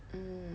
mm